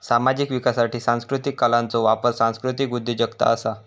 सामाजिक विकासासाठी सांस्कृतीक कलांचो वापर सांस्कृतीक उद्योजगता असा